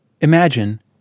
imagine